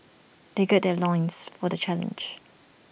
they gird their loins for the challenge